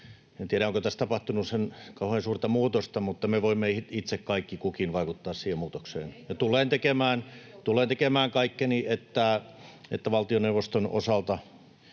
En tiedä, onko tässä tapahtunut kauhean suurta muutosta, mutta me voimme itse kukin, kaikki vaikuttaa siihen muutokseen. [Tuula Haatainen: Ei tuolta aitiosta!]